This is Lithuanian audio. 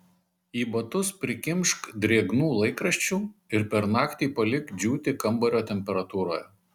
į batus prikimšk drėgnų laikraščių ir per naktį palik džiūti kambario temperatūroje